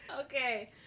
Okay